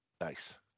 Nice